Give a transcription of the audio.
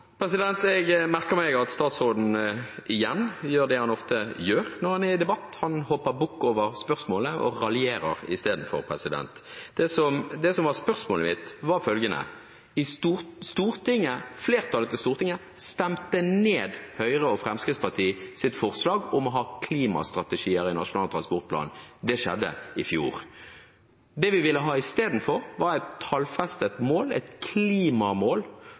Jeg merker meg at statsråden igjen gjør det han ofte gjør når han er i debatt, han hopper bukk over spørsmålet og raljerer istedenfor. Det som var spørsmålet mitt, var følgende: Flertallet i Stortinget stemte ned Høyre og Fremskrittspartiets forslag om å ha klimastrategier i Nasjonal transportplan. Det skjedde i fjor. Det vi ville ha istedenfor, var et tallfestet mål, et klimamål,